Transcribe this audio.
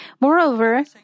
Moreover